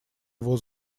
его